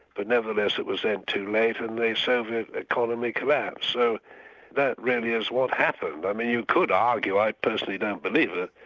but nevertheless it was then too late and the soviet economy collapsed. so that really is what happened. i mean you could argue, i personally don't believe it,